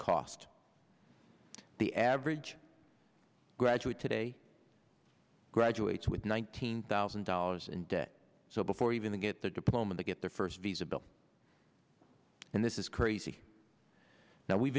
cost the average graduate today graduates with nineteen thousand dollars in debt so before even to get their diploma they get their first visa bill and this is crazy now we've